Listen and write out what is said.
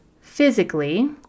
physically